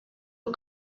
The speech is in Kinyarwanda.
aho